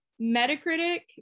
Metacritic